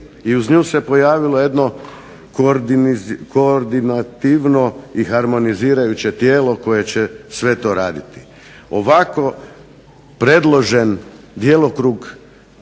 i uz nju se pojavili jedno koordinativno i harmonizirajuće tijelo koje će sve to raditi. Ovako predložen djelokrug moram